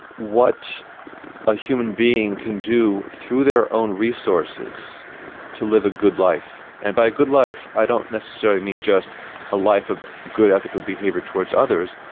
what a human being can do through their own resources to live a good life. and by a good life i don't necessarily mean just a life of good ethical behaviour towards others,